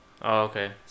okay